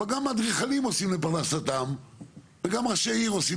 אבל גם האדריכלים עושים לפרנסתם וגם ראשי עיר עושים